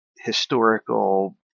historical